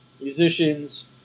Musicians